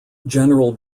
general